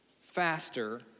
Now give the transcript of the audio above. faster